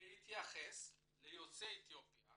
"בהתייחס ליוצאי אתיופיה